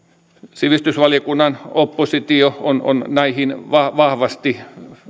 sivistysvaliokunnan oppositio on on näihin vahvasti